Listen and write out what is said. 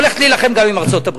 היא הולכת להילחם גם עם ארצות-הברית.